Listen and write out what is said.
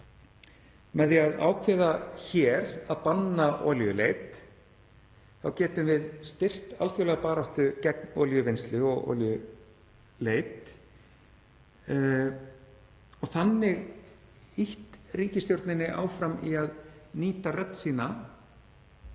Með því að ákveða hér að banna olíuleit getum við styrkt alþjóðlega baráttu gegn olíuvinnslu og -leit og þannig ýtt ríkisstjórninni áfram í að nýta rödd sína